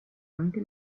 anche